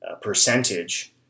percentage